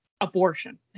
abortion